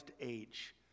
age